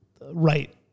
right